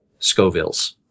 Scovilles